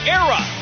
era